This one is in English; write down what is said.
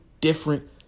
different